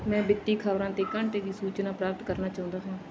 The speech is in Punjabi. ਮੈਂ ਵਿੱਤੀ ਖ਼ਬਰਾਂ 'ਤੇ ਘੰਟੇ ਦੀ ਸੂਚਨਾ ਪ੍ਰਾਪਤ ਕਰਨਾ ਚਾਹੁੰਦਾ ਹਾਂ